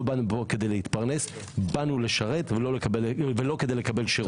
לא באנו לפה כדי להתפרנס ולא כדי לקבל שירות.